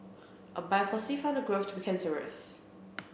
a biopsy found the growth to be cancerous